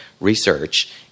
research